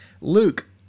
Luke